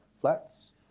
Flats